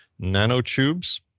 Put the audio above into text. nanotubes